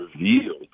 revealed